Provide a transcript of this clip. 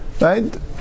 right